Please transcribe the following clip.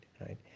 right